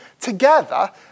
together